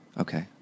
Okay